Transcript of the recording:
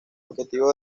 objetivo